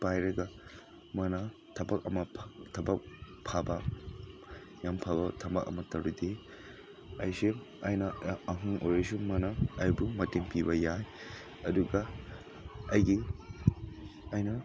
ꯄꯥꯔꯒ ꯃꯣꯏꯅ ꯊꯕꯛ ꯑꯃ ꯊꯕꯛ ꯐꯕ ꯌꯥꯝ ꯐꯕ ꯊꯕꯛ ꯑꯃ ꯇꯧꯔꯗꯤ ꯑꯩꯁꯦ ꯑꯩꯅ ꯑꯍꯟ ꯑꯣꯏꯔꯁꯨ ꯃꯣꯏꯅ ꯑꯩꯕꯨ ꯃꯇꯦꯡ ꯄꯤꯕ ꯌꯥꯏ ꯑꯗꯨꯒ ꯑꯩꯒꯤ ꯑꯩꯅ